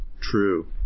true